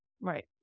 Right